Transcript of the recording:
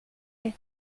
est